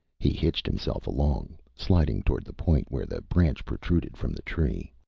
he hitched himself along, sliding toward the point where the branch protruded from the tree.